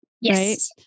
yes